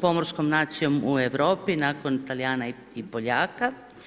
pomorskom nacijom u Europi nakon Talijana i Poljaka.